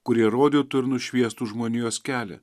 kurie rodytų ir nušviestų žmonijos kelią